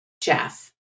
Jeff